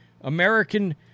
American